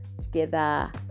together